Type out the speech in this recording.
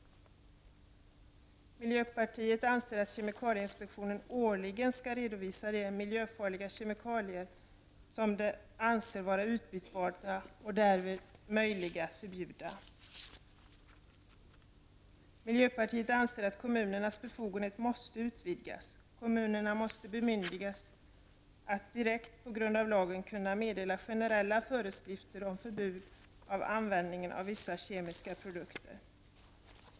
Miljöpartiet anser att kemikalieinspektionen årligen skall redovisa de miljöfarliga kemikalier som man anser vara utbytbara och därmed möjliga att förbjuda. Miljöpartiet anser vidare att kommunernas befogenheter måste utvidgas. Kommunerna måste bemyndigas att direkt med hjälp av lagen kunna meddela generella föreskrifter om förbud mot användning av vissa kemiska produkter.